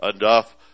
enough